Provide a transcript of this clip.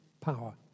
power